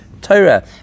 Torah